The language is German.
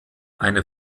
eine